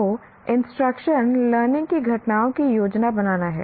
तो instruction learning की घटनाओं की योजना बनाना है